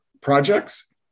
projects